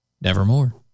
Nevermore